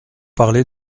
parlé